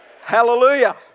hallelujah